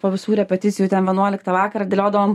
po visų repeticijų ten vienuoliktą vakarą dėliodavom